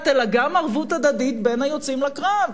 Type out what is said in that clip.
אלא גם ערבות הדדית בין היוצאים לקרב.